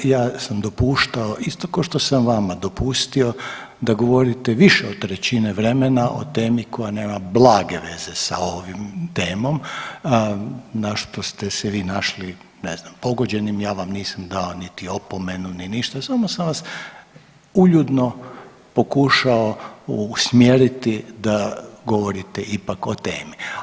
Ja sam dopuštao isto košto sam vama dopustio da govorite više od trećine vremena o temi koja nema blage veze sa ovim temom na što ste se vi našli ne znam pogođenim, ja vam nisam dao niti opomenu ni ništa samo sam vas uljudno pokušao usmjeriti da govorite ipak o temi.